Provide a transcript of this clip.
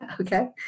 Okay